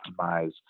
optimize